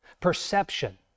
Perception